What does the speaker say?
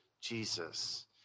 Jesus